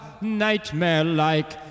nightmare-like